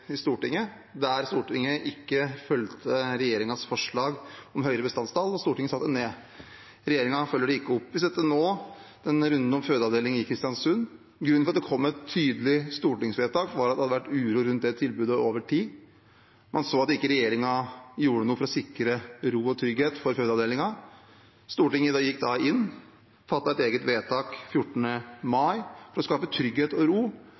Stortinget der Stortinget ikke fulgte regjeringens forslag om høyere bestandstall og satte det ned. Regjeringen følger det ikke opp. Vi har sett det i denne runden om fødeavdeling i Kristiansund. Grunnen til at det kom et tydelig stortingsvedtak, var at det hadde vært uro rundt det tilbudet over tid. Man så at regjeringen ikke gjorde noe for å sikre ro og trygghet for fødeavdelingen. Stortinget gikk da inn, fattet et eget vedtak den 14. mai for å skape trygghet og ro,